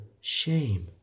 shame